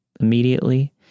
Immediately